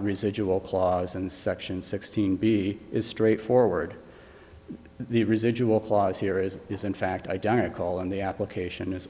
residual clause in section sixteen b is straightforward the residual clause here is is in fact identical on the application is